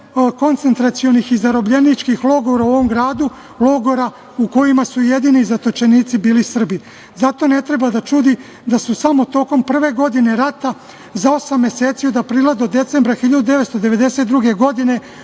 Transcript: koncentracionih i zarobljeničkih logora u ovom gradu, logora u kojima su jedini zatočenici bili Srbi. Zato ne treba da čudi da su samo tokom prve godine rata za osam meseci, od aprila do decembra 1992. godine,